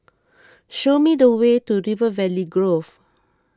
show me the way to River Valley Grove